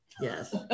Yes